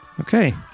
Okay